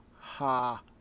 ha